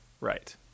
Right